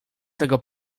tego